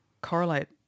correlate